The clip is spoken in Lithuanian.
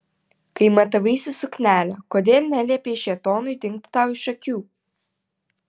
kai matavaisi suknelę kodėl neliepei šėtonui dingti tau iš akių